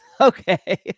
okay